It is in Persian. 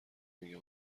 میگه